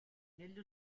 negli